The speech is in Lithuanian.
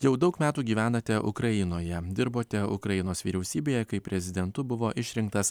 jau daug metų gyvenate ukrainoje dirbote ukrainos vyriausybėje kai prezidentu buvo išrinktas